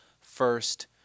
first